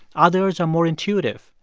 others are more intuitive,